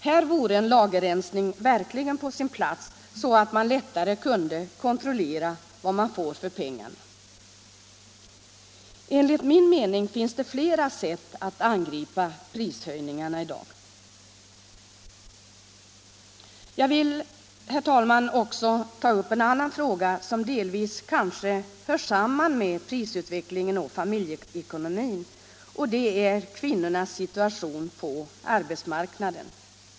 Här vore en lagerrensning verkligen på sin plats, så att man lättare kunde kontrollera vad man får för pengarna. Enligt min mening finns flera sätt att angripa prishöjningarna i dag. Jag vill, herr talman, också ta upp en annan fråga, som kanske delvis hör samman med prisutvecklingen och familjeekonomin, nämligen kvinnornas situation på arbetsmarknaden.